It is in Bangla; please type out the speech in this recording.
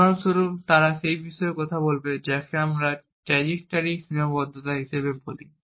উদাহরণস্বরূপ তারা সেই বিষয়ে কথা বলবে যাকে আমরা ট্র্যাজেক্টরি সীমাবদ্ধতা হিসাবে বলি